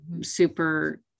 super